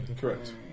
Correct